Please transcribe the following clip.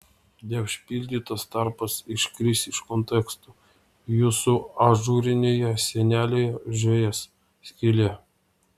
neužpildytas tarpas iškris iš konteksto jūsų ažūrinėje sienelėje žiojės skylė